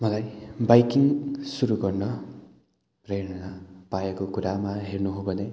मलाई बाइकिङ सुरु गर्न प्रेरणा पाएको कुरामा हेर्नु हो भने